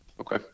Okay